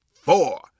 four